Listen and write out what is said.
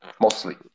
mostly